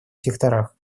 секторах